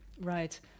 Right